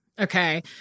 Okay